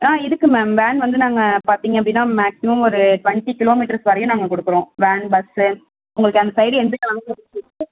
இருக்கு ma'am van வந்து நாங்கள் பார்த்தீங்க அப்படின்னா மேக்ஸிமம் ஒரு டுவன்டி கிலோமீட்டர்ஸ் வரையும் நாங்கள் கொடுக்குறோம் வேன் பஸ்சு உங்களுக்கு அந்த சைட்டில்